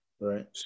Right